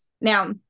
Now